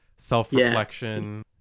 self-reflection